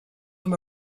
from